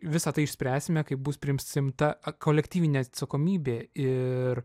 visa tai išspręsime kai bus primsimta kolektyvinė atsakomybė ir